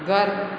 घर